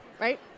right